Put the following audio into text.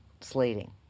slating